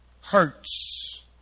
hurts